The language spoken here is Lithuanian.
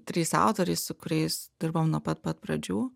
trys autoriai su kuriais dirbam nuo pat pat pradžių